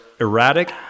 Erratic